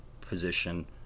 position